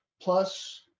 plus